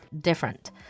Different